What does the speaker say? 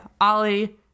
Ollie